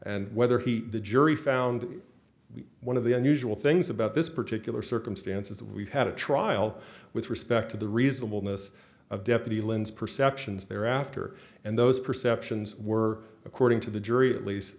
and whether he the jury found one of the unusual things about this particular circumstances we had a trial with respect to the reasonable miss of deputy lynn's perceptions thereafter and those perceptions were according to the jury at least